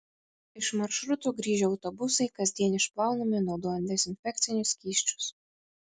iš maršrutų grįžę autobusai kasdien išplaunami naudojant dezinfekcinius skysčius